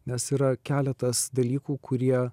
nes yra keletas dalykų kurie